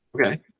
Okay